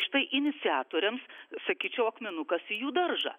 štai iniciatoriams sakyčiau akmenukas į jų daržą